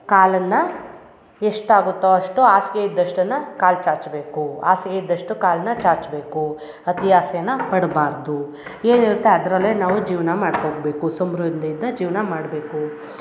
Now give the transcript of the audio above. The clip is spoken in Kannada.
ಕಾಲನ್ನು ಎಷ್ಟು ಆಗುತ್ತೊ ಅಷ್ಟು ಹಾಸ್ಗೆ ಇದ್ದಷ್ಟನ್ನು ಕಾಲು ಚಾಚಬೇಕು ಹಾಸಿಗೆ ಇದ್ದಷ್ಟು ಕಾಲನ್ನ ಚಾಚಬೇಕು ಅತಿ ಆಸೆನ ಪಡಬಾರ್ದು ಏನಿರುತ್ತೆ ಅದರಲ್ಲೇ ನಾವು ಜೀವನ ಮಾಡ್ಕೊಬೇಕು ಸಮೃದ್ಧಿಯಿಂದ ಜೀವನ ಮಾಡಬೇಕು